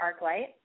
ArcLight